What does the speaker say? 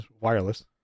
wireless